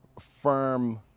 firm